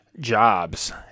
jobs